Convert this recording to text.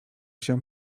się